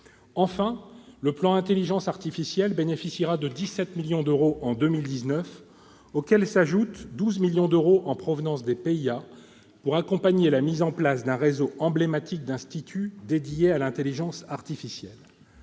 Enfin, le plan Intelligence artificielle bénéficiera de 17 millions d'euros en 2019, auxquels s'ajoutent 12 millions d'euros en provenance des programmes d'investissements d'avenir, les PIA, pour accompagner la mise en place d'un réseau emblématique d'instituts dédiés à l'intelligence artificielle.